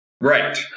Right